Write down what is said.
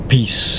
Peace